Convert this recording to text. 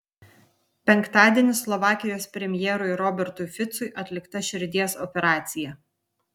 penktadienį slovakijos premjerui robertui ficui atlikta širdies operacija